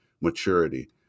maturity